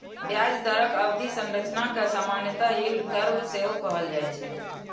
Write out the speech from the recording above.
ब्याज दरक अवधि संरचना कें सामान्यतः यील्ड कर्व सेहो कहल जाए छै